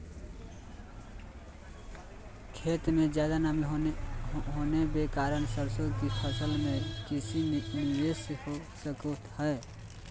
खेत में ज्यादा नमी होबे के कारण सरसों की फसल में की निवेस हो सको हय?